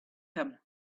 him